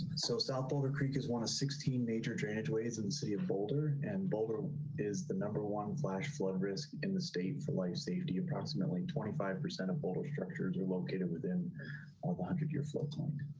so south boulder creek is one of sixteen major drainage ways in the city of boulder and boulder is the number one flash flood risk in the state for life safety approximately twenty five percent of boulder structures are located within one hundred year flood like